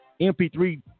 MP3